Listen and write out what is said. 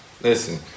Listen